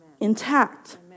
intact